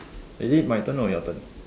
is it my turn or your turn